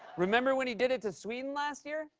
remember when he did it to sweden last year?